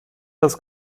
das